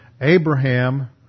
Abraham